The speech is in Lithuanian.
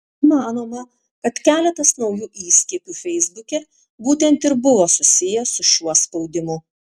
manoma kad keletas naujų įskiepių feisbuke būtent ir buvo susiję su šiuo spaudimu